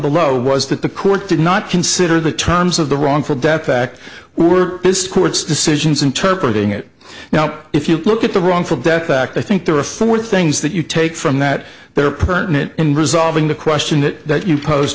below was that the court did not consider the terms of the wrongful death fact were discords decisions interpretating it now if you look at the wrongful death back i think there are four things that you take from that they are pertinent in resolving the question that you pos